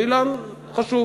זה אילן חשוב.